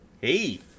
Hey